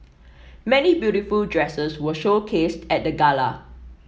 many beautiful dresses were showcased at the gala